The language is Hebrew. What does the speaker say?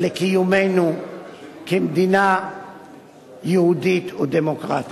לקיומנו כמדינה יהודית ודמוקרטית.